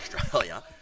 Australia